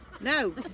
No